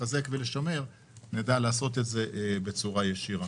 לחזק ולשמר נדע לעשות את זה בצורה ישירה.